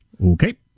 okay